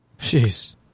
Jeez